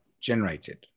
generated